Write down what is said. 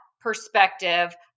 perspective